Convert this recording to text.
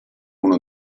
uno